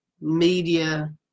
media